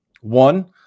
One